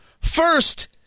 First